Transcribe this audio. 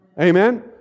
Amen